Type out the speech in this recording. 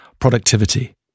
productivity